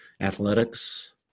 athletics